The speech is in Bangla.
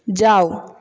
যাও